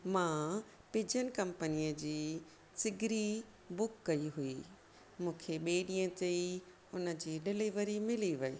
मां पिजन कंपनीअ जी सिगरी बुक कई हुई मूंखे ॿिए ॾींंहं ताईं हुन जी डिलीवरी मिली वई